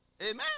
Amen